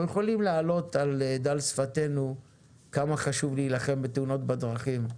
אנחנו יכולים להעלות על דל שפתינו כמה חשוב להילחם בתאונות בדרכים,